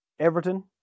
Everton